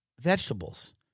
vegetables